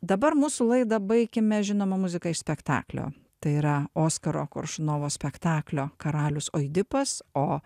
dabar mūsų laidą baikime žinoma muzika iš spektaklio tai yra oskaro koršunovo spektaklio karalius oidipas o